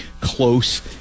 close